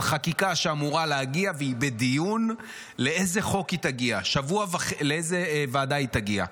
על חקיקה שאמורה להגיע והיא בדיון לאיזו ועדה היא תגיע.